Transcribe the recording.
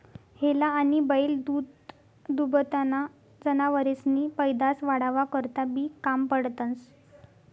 हेला आनी बैल दूधदूभताना जनावरेसनी पैदास वाढावा करता बी काम पडतंस